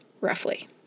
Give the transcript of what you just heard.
roughly